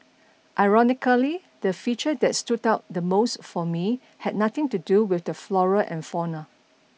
ironically the feature that stood out the most for me had nothing to do with the flora and fauna